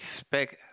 expect